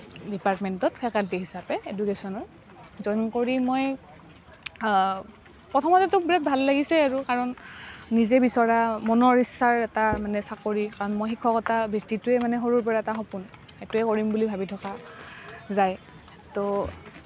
ডিপাৰ্টমেণ্টত ফেকাল্টি হিচাপে এডুকেশ্যনৰ জইন কৰি মই প্ৰথমতেতো বিৰাট ভাল লাগিছে আৰু কাৰণ নিজে বিচৰা মনৰ ইচ্ছাৰ এটা মানে চাকৰি কাৰণ মই শিক্ষকতা বৃত্তিটোৱেই মানে সৰুৰ পৰা এটা সপোন সেইটোৱেই কৰিম বুলি ভাবি থকা যায় তো